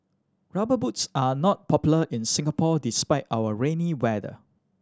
Rubber Boots are not popular in Singapore despite our rainy weather